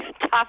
tough